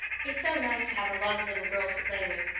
it's so nice to have a lot of little girls to play with.